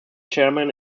chairman